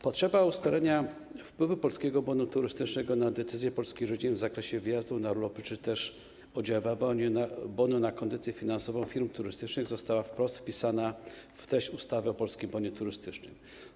Potrzeba ustalenia wpływu Polskiego Bonu Turystycznego na decyzje polskich rodzin w zakresie wyjazdów na urlopy czy też oddziaływania bonu na kondycję finansową firm turystycznych została wprost wpisana w treść ustawy o Polskim Bonie Turystycznym.